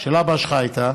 של אבא שלך הייתה,